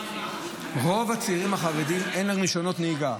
לרוב הצעירים החרדים אין רישיונות נהיגה.